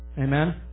Amen